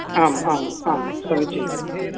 आम् आम् आं समीचीनम्